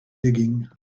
digging